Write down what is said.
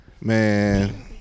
Man